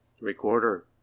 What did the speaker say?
Recorder